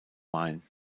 main